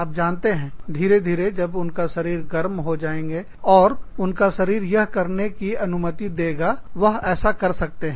आप जानते हैं धीरे धीरे जब उनका शरीर गर्महो जाएंगे और उनका शरीर यह करने की अनुमति दे देगा वह ऐसा कर सकते हैं